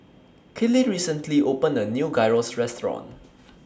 Kelley recently opened A New Gyros Restaurant